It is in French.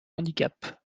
handicap